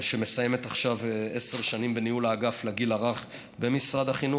שמסיימת עכשיו עשר שנים בניהול האגף לגיל הרך במשרד החינוך,